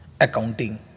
accounting